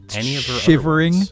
shivering